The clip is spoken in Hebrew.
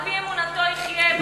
על-פי אמונתו יחיה.